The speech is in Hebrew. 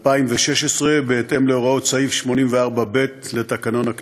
התשע"ז 2016. מציג את הבקשה יושב-ראש ועדת החוץ והביטחון חבר